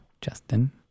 Justin